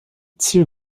ziel